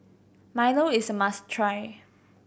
milo is a must try